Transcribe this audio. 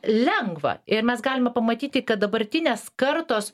lengva ir mes galime pamatyti kad dabartinės kartos